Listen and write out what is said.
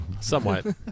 Somewhat